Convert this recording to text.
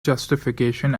justification